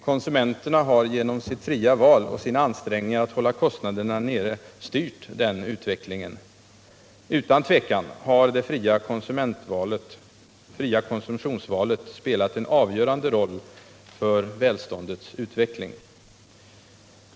Konsumenterna har genom sitt fria val och sina ansträngningar att hålla kostnaderna nere styrt den utvecklingen. Utan tvivel har det fria konsumtionsvalet spelat en avgörande roll för välståndets utveckling.